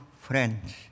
friends